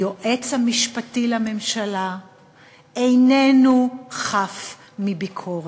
היועץ המשפטי לממשלה איננו חף מביקורת.